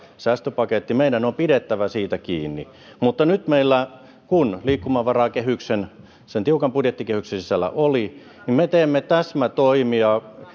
säästöpaketin ja meidän on pidettävä siitä kiinni mutta nyt kun meillä oli liikkumavaraa kehyksen sen tiukan budjettikehyksen sisällä me teemme täsmätoimia